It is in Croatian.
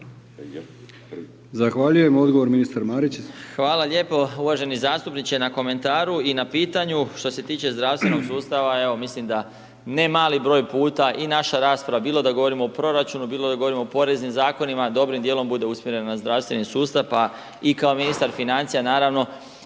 Zahvaljujem odgovor ministar Marić,